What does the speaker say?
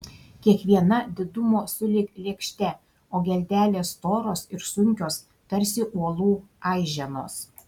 kiekviena didumo sulig lėkšte o geldelės storos ir sunkios tarsi uolų aiženos